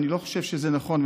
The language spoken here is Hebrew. אני לא חושב שזה נכון,